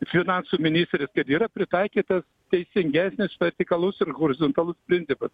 finansų ministrės kad yra pritaikytas teisingesnis vertikalus ir horizontalus principas